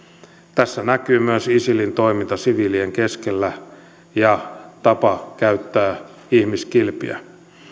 tässä näkyy myös isilin toiminta siviilien keskellä ja tapa käyttää ihmiskilpiä